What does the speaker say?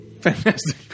Fantastic